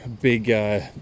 big